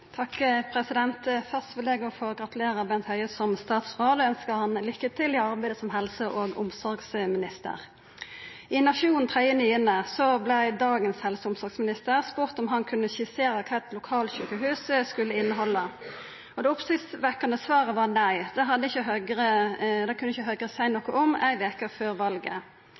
han lykke til i arbeidet som helse- og omsorgsminister. I Nationen 3. september vart dagens helse- og omsorgsminister spurd om han kunne skissera kva eit lokalsjukehus skulle innehalda. Det oppsiktsvekkjande svaret var nei, det kunne ikkje Høgre seia noko om – ei veke før valet.